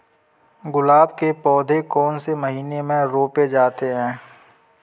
गुलाब के पौधे कौन से महीने में रोपे जाते हैं?